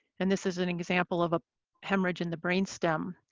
and this is an example of a hemorrhage in the brain stem.